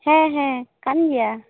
ᱦᱮᱸ ᱦᱮᱸ ᱠᱟᱱ ᱜᱮᱭᱟ